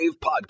Podcast